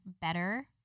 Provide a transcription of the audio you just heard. better